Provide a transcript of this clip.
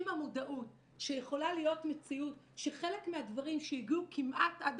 עם המודעות שיכולה להיות מציאות שחלק מהדברים שהגיעו כמעט עד